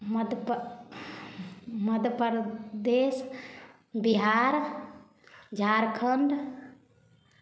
मध्य पऽ मध्य प्रदेश बिहार झारखण्ड